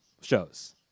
shows